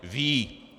Ví!